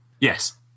Yes